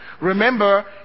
Remember